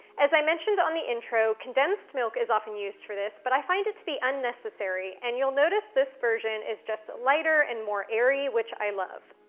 as i mentioned on the intro, condensed milk is often used for this, but i find it to be unnecessary, and you'll notice this version is just lighter and more airy, which i love.